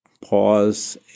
pause